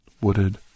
wooded